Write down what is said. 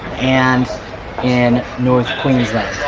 and in north queensland.